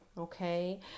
Okay